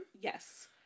yes